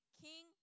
King